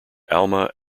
alma